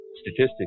Statistics